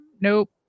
Nope